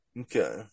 Okay